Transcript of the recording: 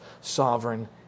sovereign